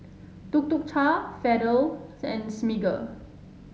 Tuk Tuk Cha Feather and Smiggle